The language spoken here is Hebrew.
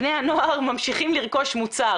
בני הנוער ממשיכים לרכוש מוצר.